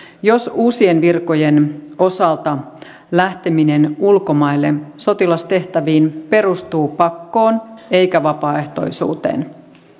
jos uusien virkojen osalta lähteminen ulkomaille sotilastehtäviin perustuu pakkoon eikä vapaaehtoisuuteen